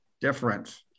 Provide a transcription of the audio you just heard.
different